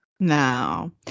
No